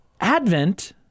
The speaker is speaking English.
Advent